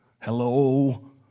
Hello